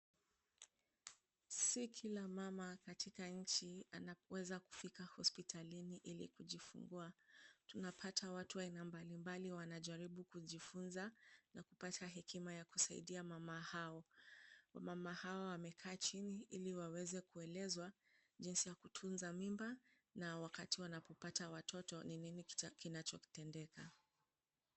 Si kila mama katika nchi anaweza kufika hospitalini ili kujifungua. Tunapata watu wa aina mbalimbali wanajaribu kujifunza na kupata hekima ya kusaidia mama hao. Wamama hao wamekaa chini ili waweze kuelezwa jinsi ya kutunza mimba na wakati wanapopata watoto ni nini kinachotendeka.